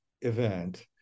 event